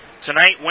Tonight